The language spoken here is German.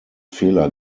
fehler